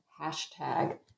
hashtag